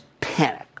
panic